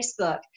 Facebook